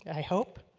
i hope,